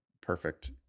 perfect